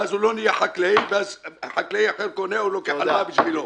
ואז הוא לא נהיה חקלאי ואז חקלאי אחר קונה או לוקח הלוואה בשבילו.